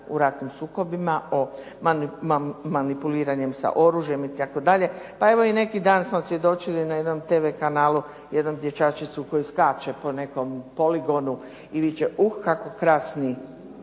u ratnim sukobima, u manipuliranju sa oružjem itd. Pa evo i neki dan smo svjedočili na jednom TV kanalu jednom dječačiću koji skače po nekom poligonu i viče uh kako krasni